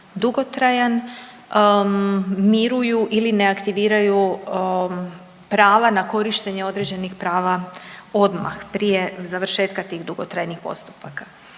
dugotrajan miruju ili ne aktiviraju prava na korištenje određenih prava odmah prije završetka tih dugotrajnih postupaka.